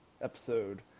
episode